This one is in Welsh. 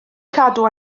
cadw